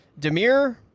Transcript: Demir